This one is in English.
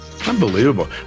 Unbelievable